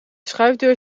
schuifdeur